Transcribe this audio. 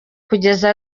kugeza